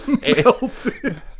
Melted